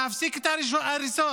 להפסיק את ההריסות,